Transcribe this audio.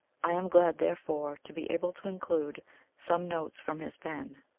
i am glad, therefore, to be able to include some notes from his pen.